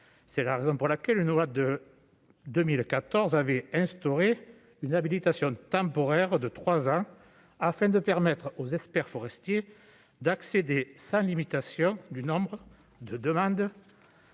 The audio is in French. c'est la raison pour laquelle une loi de 2014 avait instauré une habilitation temporaire de 3 ans, afin de permettre aux experts forestiers d'accéder sans limitation du nombre de demandes